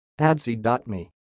Adsy.me